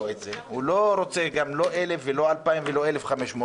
ראש הממשלה לא רוצה 1,000, 2,000 או 1,500,